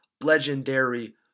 legendary